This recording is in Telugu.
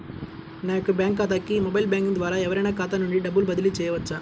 నా యొక్క బ్యాంక్ ఖాతాకి మొబైల్ బ్యాంకింగ్ ద్వారా ఎవరైనా ఖాతా నుండి డబ్బు బదిలీ చేయవచ్చా?